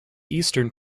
eastern